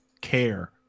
care